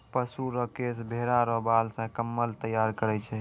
पशु रो केश भेड़ा रो बाल से कम्मल तैयार करै छै